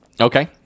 Okay